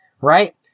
right